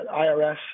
IRS